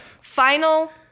Final